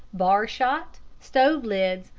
bar-shot, stove-lids,